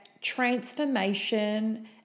transformation